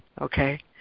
okay